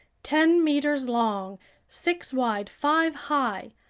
ten meters long six wide, five high.